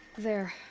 there.